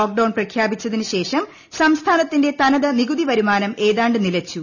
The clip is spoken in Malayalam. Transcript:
ലോക്ക്ഡൌൺ പ്രഖ്യാപിച്ചതിന് ശേഷം സംസ്ഥാനത്തിന്റെ തന്ത് ് നികുതി വരുമാനം ഏതാണ്ട് നിലച്ചു